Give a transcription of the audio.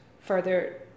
further